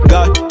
God